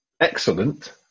excellent